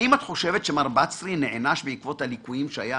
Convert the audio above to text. האם את חושבת שמר בצרי נענש בעקבות הליקויים שהוא היה